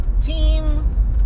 Team